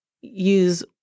use